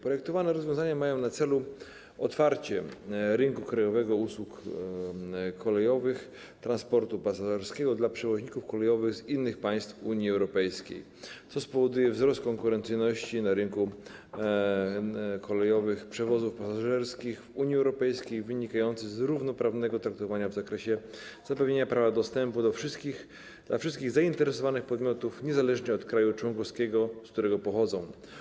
Projektowane rozwiązania mają na celu otwarcie rynku krajowych usług kolejowego transportu pasażerskiego dla przewoźników kolejowych z innych państw Unii Europejskiej, co spowoduje wzrost konkurencyjności na rynku kolejowych przewozów pasażerskich w Unii Europejskiej wynikający z równoprawnego traktowania w zakresie zapewnienia prawa dostępu dla wszystkich zainteresowanych podmiotów niezależnie od kraju członkowskiego, z którego pochodzą.